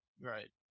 Right